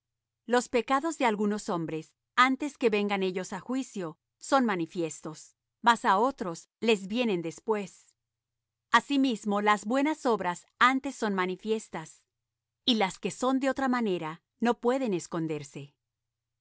los pecados de algunos hombres antes que vengan ellos á juicio son manifiestos mas á otros les vienen después asimismo las buenas obras antes son manifiestas y las que son de otra manera no pueden esconderse